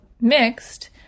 mixed